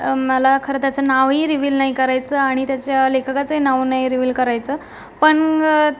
मला खरंतर त्याचं नावही रीवील नाही करायचं आणि त्याच्या लेखकाचंही नाव नाही रीवील करायचं पण